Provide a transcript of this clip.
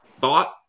thought